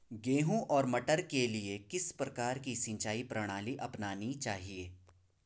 गेहूँ और मटर के लिए किस प्रकार की सिंचाई प्रणाली अपनानी चाहिये?